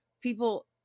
people